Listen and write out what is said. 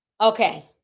okay